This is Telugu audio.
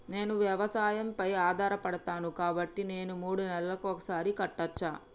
నేను వ్యవసాయం పై ఆధారపడతాను కాబట్టి నేను మూడు నెలలకు ఒక్కసారి కట్టచ్చా?